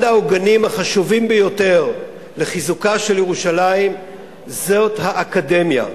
אחד העוגנים החשובים ביותר לחיזוקה של ירושלים הוא האקדמיה.